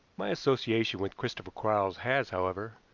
my association with christopher quarles has, however,